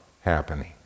happening